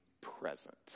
present